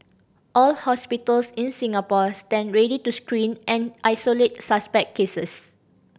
all hospitals in Singapore stand ready to screen and isolate suspect cases